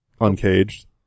Uncaged